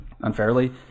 unfairly